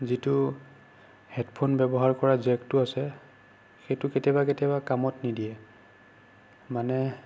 যিটো হেডফোন ব্যৱহাৰ কৰা জেকটো আছে সেইটো কেতিয়াবা কেতিয়াবা কামত নিদিয়ে মানে